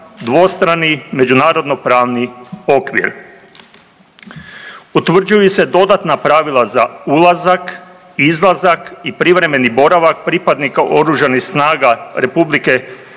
dvostrani međunarodno-pravni okvir. Utvrđuju se dodatna pravila za ulazak, izlazak i privremeni boravak pripadnika OSRH u